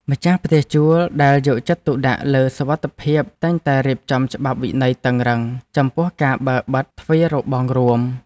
ម្ចាស់ផ្ទះជួលដែលយកចិត្តទុកដាក់លើសុវត្ថិភាពតែងតែរៀបចំច្បាប់វិន័យតឹងរឹងចំពោះការបើកបិទទ្វាររបងរួម។